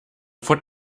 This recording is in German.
von